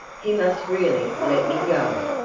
he must really let me go.